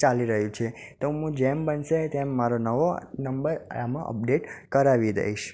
ચાલી રહ્યું છે તો હું જેમ બનશે તેમ મારો નવો નંબર આમાં અપડેટ કરાવી દઈશ